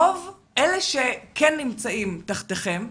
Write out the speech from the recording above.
רוב אלה שכן נמצאים תחתיכם,